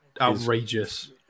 outrageous